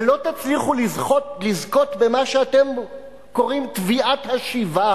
ולא תצליחו לזכות במה שאתם קוראים: תביעת השיבה